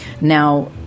Now